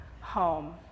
home